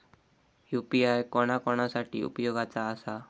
UPI कोणा कोणा साठी उपयोगाचा आसा?